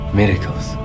miracles